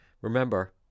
remember